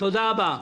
תודה רבה.